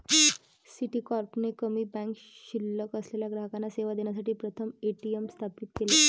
Citicorp ने कमी bank शिल्लक असलेल्या ग्राहकांना सेवा देण्यासाठी प्रथम ए.टी.एम स्थापित केले